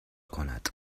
کند